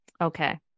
Okay